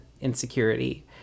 insecurity